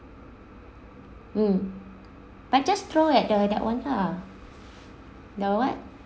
mm but just throw at the that one lah but what